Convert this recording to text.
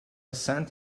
cent